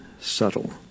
subtle